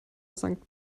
sankt